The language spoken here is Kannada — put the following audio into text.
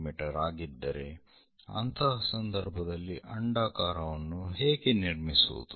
ಮೀ ಆಗಿದ್ದರೆ ಅಂತಹ ಸಂದರ್ಭದಲ್ಲಿ ಅಂಡಾಕಾರವನ್ನು ಹೇಗೆ ನಿರ್ಮಿಸುವುದು